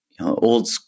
old